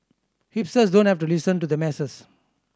hipsters don't have to listen to the masses